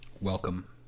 welcome